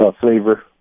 flavor